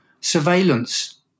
surveillance